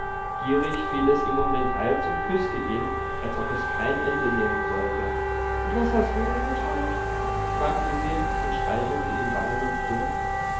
gierig fiel es ihm um den hals und küßte ihn als ob es kein ende nehmen sollte und was hast du denn geträumt fragte sie und streichelte ihm wangen und kinn